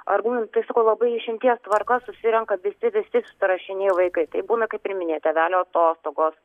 argumentų tai sakau labai išimties tvarka susirenka visi visi rašiniai vaikai tai būna kaip ir minėjot tėvelio atostogos